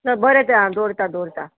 ना बरें तें आं दवरता दवरता